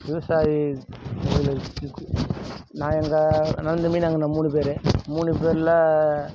விவசாயி நா எங்கள் அண்ணன் தம்பி நாங்கள் நான் மூணு பேர் மூணு பேரில்